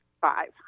five